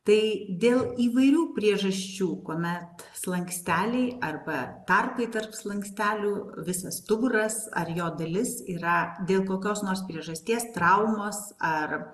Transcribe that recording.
tai dėl įvairių priežasčių kuomet slanksteliai arba tarpai tarp slankstelių visas stuburas ar jo dalis yra dėl kokios nors priežasties traumos ar